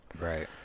Right